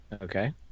Okay